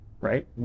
right